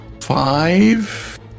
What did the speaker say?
five